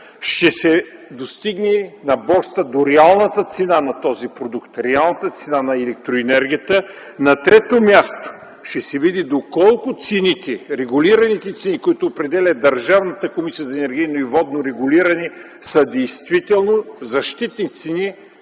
ще се достигне на борсата до реалната цена на този продукт, реалната цена на електроенергията. На трето място, ще се види доколко регулираните цени, които определя Държавната комисия за енергийно и водно регулиране, са действително защитни цени